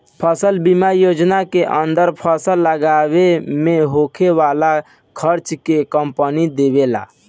फसल बीमा योजना के अंदर फसल लागावे में होखे वाला खार्चा के कंपनी देबेला